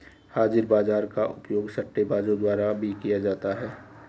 हाजिर बाजार का उपयोग सट्टेबाजों द्वारा भी किया जाता है